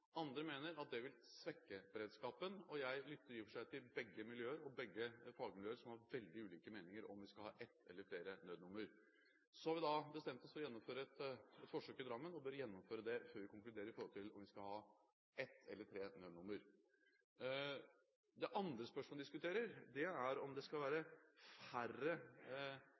Andre mener at det vil svekke beredskapen. Jeg lytter i og for seg til begge fagmiljøene, som har veldig ulike meninger om hvorvidt vi skal ha ett eller flere nødnummer. Så har vi bestemt oss for å gjennomføre et forsøk i Drammen, og bør gjennomføre det før vi konkluderer når det gjelder om vi skal ha ett eller tre nødnummer. Det andre spørsmålet vi diskuterer, er om det skal være færre